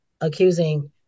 accusing